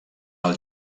els